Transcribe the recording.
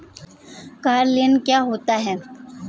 Car loan क्या होता है?